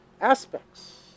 aspects